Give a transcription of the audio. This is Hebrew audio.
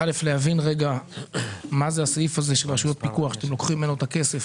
קודם כול להבין מה הוא הסעיף של רשויות פיקוח שאתם לוקחים ממנו את הכסף,